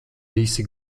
visi